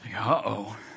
Uh-oh